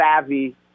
savvy